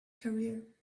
career